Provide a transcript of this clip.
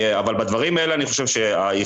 אבל בדברים האלה הייחודיים,